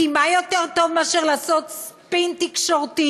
כי מה יותר טוב מאשר לעשות ספין תקשורתי